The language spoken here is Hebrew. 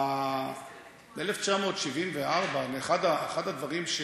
ב-1974, אחד הדברים,